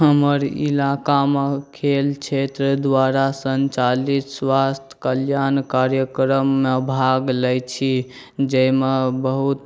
हमर इलाकामे खेल क्षेत्र द्वारा सञ्चालित स्वास्थ्य कल्याण कार्यक्रममे भाग लै छी जाहिमे बहुत